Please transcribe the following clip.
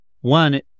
One